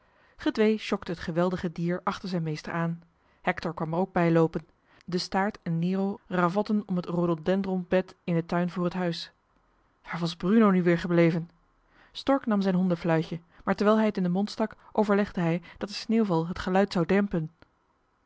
sjokte het geweldige dier achter zijn meester aan hector kwam er ook bij loopen de staart en nero ravotten om het rhododendronbed in den tuin voor het huis waar was bruno nu weer gebleven stork nam zijn hondenfluitje maar terwijl hij het in den mond stak overlegde hij dat de sneeuwval het geluid zou dempen